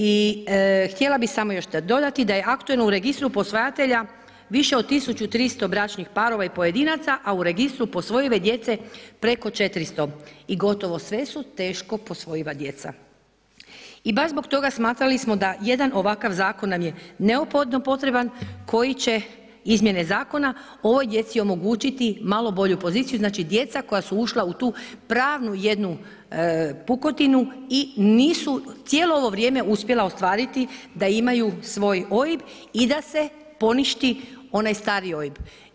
I htjela bih nadodati da je aktualno u registru posvajatelja više od 1200 bračnih parova i pojedinaca, a u registru posvojive djece preko 400 i gotovo sve su teško posvojiva djeca i baš zbog toga smatrali smo da jedan ovakav zakon nam je neophodno potreban koji će izmijene zakona ovog zakona omogućiti malo bolju poziciju, znači djeca koja su ušla u tu pravnu jednu pukotinu i nisu cijelo ovo vrijeme uspjela ostvariti da imaju svoj OIB i da se poništi onaj stari OIB.